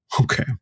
Okay